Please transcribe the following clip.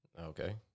Okay